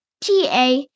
ta